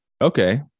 Okay